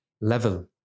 level